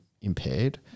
impaired